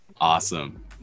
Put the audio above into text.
Awesome